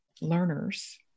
learners